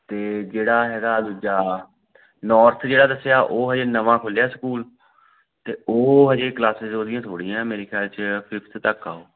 ਅਤੇ ਜਿਹੜਾ ਹੈਗਾ ਦੂਜਾ ਨੋਰਥ ਜਿਹੜਾ ਦੱਸਿਆ ਉਹ ਹਜੇ ਨਵਾਂ ਖੁੱਲ੍ਹਿਆ ਸਕੂਲ ਅਤੇ ਉਹ ਹਜੇ ਕਲਾਸਸ ਹਜੇ ਥੋੜ੍ਹੀਆਂ ਹੈ ਮੇਰੇ ਖ਼ਿਆਲ 'ਚ ਫਿਫਥ ਤੱਕ ਆ ਉਹ